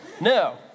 No